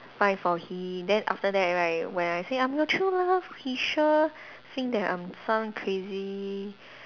fight for him then after that right when I say I'm your true love he sure think that I'm some crazy